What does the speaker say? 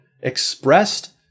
Expressed